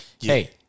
hey